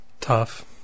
tough